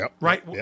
Right